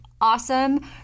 awesome